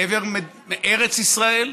לעבר ארץ ישראל,